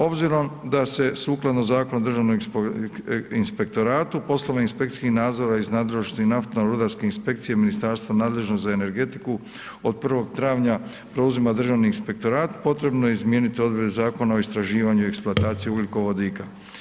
Obzirom da se sukladno Zakonu o Državnom inspektoratu, posebno inspekcijske nadzore iz nadležnosti naftno-rudarskih inspekcija ministarstva nadležnog za energetiku od 1. travnja preuzima Državni inspektorat, potrebno je izmijeniti odredbe Zakona o istraživanju i eksploataciji ugljikovodika.